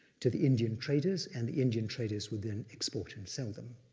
to the indian traders, and the indian traders would then export and sell them.